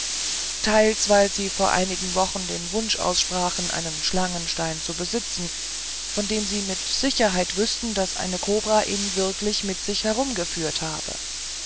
teils weil sie vor einigen wochen den wunsch aussprachen einen schlangenstein zu besitzen von dem sie mit sicherheit wüßten daß eine kobra ihn wirklich mit sich herumgeführt habe